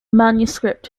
manuscript